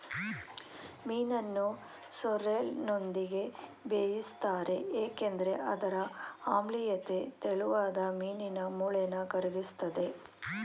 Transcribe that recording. ಮೀನನ್ನು ಸೋರ್ರೆಲ್ನೊಂದಿಗೆ ಬೇಯಿಸ್ತಾರೆ ಏಕೆಂದ್ರೆ ಅದರ ಆಮ್ಲೀಯತೆ ತೆಳುವಾದ ಮೀನಿನ ಮೂಳೆನ ಕರಗಿಸ್ತದೆ